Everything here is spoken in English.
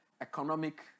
economic